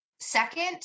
Second